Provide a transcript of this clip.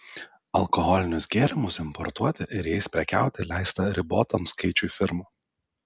alkoholinius gėrimus importuoti ir jais prekiauti leista ribotam skaičiui firmų